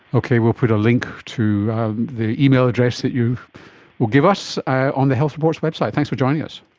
okay, we'll put a link to the email address that you will give us on the health report's website. thanks for joining us.